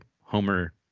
Homer